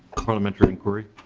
parliamentary inquiry.